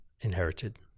inherited